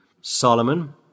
solomon